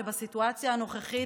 שבסיטואציה הנוכחית,